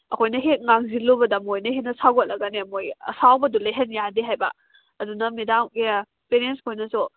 ꯑꯩꯈꯣꯏꯅ ꯍꯦꯛ ꯉꯥꯡꯁꯤꯜꯂꯨꯕꯗ ꯃꯣꯏꯅ ꯍꯦꯟꯅ ꯁꯥꯎꯒꯠꯂꯒꯅꯦ ꯃꯣꯏ ꯁꯥꯎꯕꯗꯨ ꯂꯩꯍꯟ ꯌꯥꯗꯦ ꯍꯥꯏꯕ ꯑꯗꯨꯅ ꯃꯦꯗꯥꯝ ꯑꯦ ꯄꯦꯔꯦꯟꯁꯈꯣꯏꯅꯁꯨ